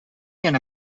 ian